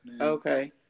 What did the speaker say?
Okay